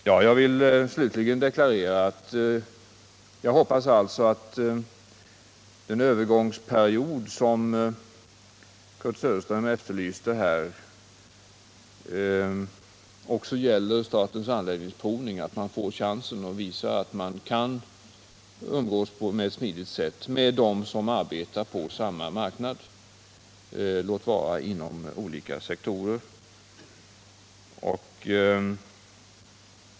Jag vill slutligen deklarera att jag hoppas att den övergångsperiod som Kurt Söderström efterlyste här också gäller Statens Anläggningsprovning — att man får chansen att visa att man kan umgås på ett smidigt sätt med dem som arbetar på samma marknad, låt vara inom olika sektorer.